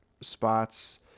spots